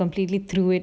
completely threw it